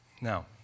Now